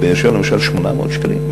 בבאר-שבע למשל 800 שקלים.